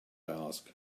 ask